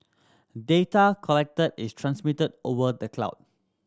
data collected is transmitted over the cloud